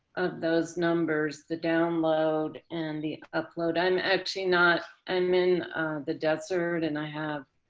of those numbers, the download and the upload. i'm actually not am in the desert, and i have,